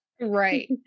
Right